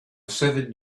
seven